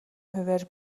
хувиар